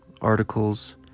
articles